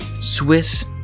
Swiss